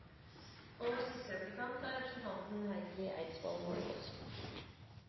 og næringslivet. Er representanten